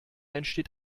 entsteht